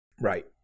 Right